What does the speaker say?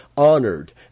honored